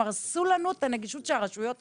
הם הרסו לנו את הנגישות שהרשויות עשו.